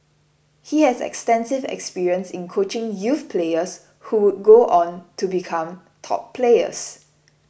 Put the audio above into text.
he has extensive experience in coaching youth players who would go on to become top players